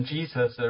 Jesus